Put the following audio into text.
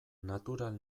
natural